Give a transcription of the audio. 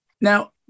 now